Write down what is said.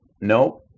nope